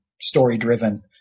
story-driven